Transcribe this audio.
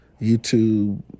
youtube